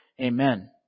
Amen